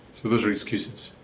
so those are excuses.